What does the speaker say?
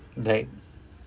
like